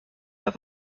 pas